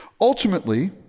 Ultimately